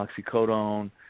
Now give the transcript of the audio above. oxycodone